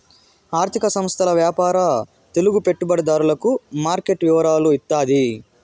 ఆర్థిక సంస్థల వ్యాపార తెలుగు పెట్టుబడిదారులకు మార్కెట్ వివరాలు ఇత్తాది